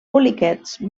poliquets